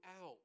out